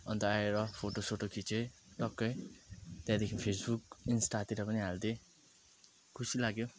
अन्त आएर फोटोसोटो खिचेँ टकै त्यहाँदेखि फेसबुक इन्स्टातिर पनि हालिदिएँ खुसी लाग्यो